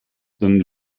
then